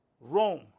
Rome